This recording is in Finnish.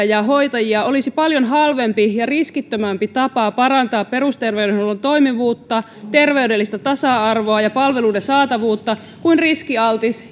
ja hoitajia olisi paljon halvempi ja riskittömämpi tapa parantaa perusterveydenhuollon toimivuutta terveydellistä tasa arvoa ja palveluiden saatavuutta kuin riskialtis